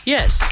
Yes